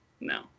no